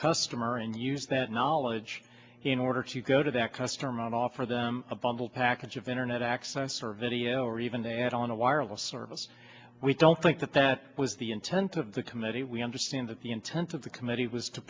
customer and use that knowledge in order to go to that customer on offer them a bundle package of internet access or video or even add on a wireless service we don't think that that was the intent of the committee we understand that the intent of the committee was to